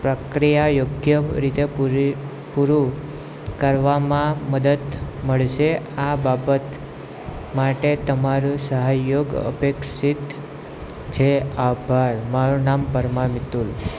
પ્રક્રિયા યોગ્ય રીતે પૂરી પૂરું કરવામાં મદદ મળશે આ બાબત માટે તમારું સહયોગ અપેક્ષિત છે આભાર મારું નામ પરમાર મિતુલ